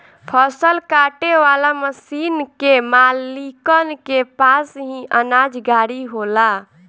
फसल काटे वाला मशीन के मालिकन के पास ही अनाज गाड़ी होला